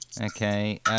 Okay